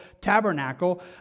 tabernacle